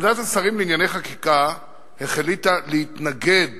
ועדת השרים לענייני חקיקה החליטה להתנגד